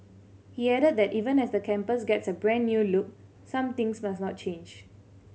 he added that even as the campus gets a brand new look some things must not change